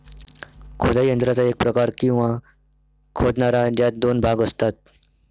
खोदाई यंत्राचा एक प्रकार, किंवा खोदणारा, ज्यात दोन भाग असतात